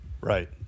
Right